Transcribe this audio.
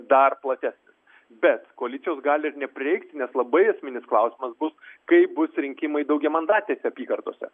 dar platesnis bet koalicijos gali ir neprireikti nes labai esminis klausimas bus kaip bus rinkimai daugiamandatėse apygardose